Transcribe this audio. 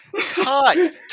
cut